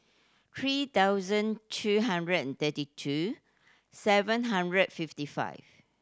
three thousand two hundred and thirty two seven hundred and fifty five